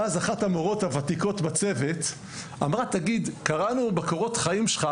ואז אחת המורות הוותיקות בצוות אמרה: "תגיד קראנו בקורות חיים שלך